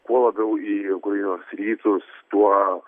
kuo labiau į ukrainos rytus tuo